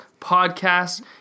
podcast